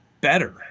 better